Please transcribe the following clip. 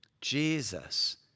Jesus